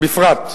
בפרט.